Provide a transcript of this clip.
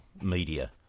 media